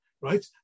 right